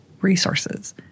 resources